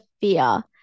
fear